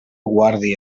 guardi